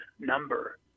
number